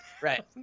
right